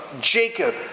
jacob